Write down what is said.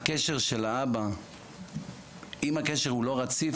אם הקשר עם הילדים הוא לא רציף,